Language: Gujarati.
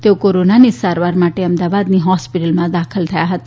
તેઓ કોરાનાની સારવાર માટે અમદાવાદની હોસ્પિટલમાં દાખલ હતા